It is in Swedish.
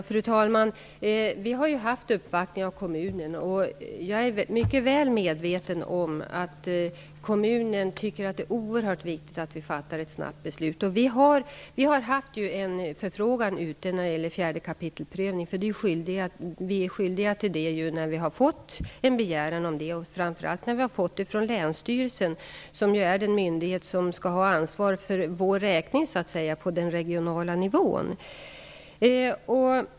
Fru talman! Vi har fått uppvaktning av kommunen, och jag är mycket väl medveten om att kommunen tycker att det är oerhört viktigt att vi snabbt fattar ett beslut. Vi har haft en förfrågan ute när det gäller prövning enligt kap. 4, eftersom vi är skyldiga till det när vi har fått en begäran om det, framför allt när vi har fått det från länsstyrelsen, som är den myndighet som skall ha ansvar för vår räkning på den regionala nivån.